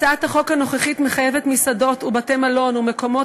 הצעת החוק הנוכחית מחייבת מסעדות ובתי-מלון ומקומות